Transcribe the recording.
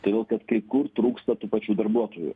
todėl kad kai kur trūksta tų pačių darbuotojų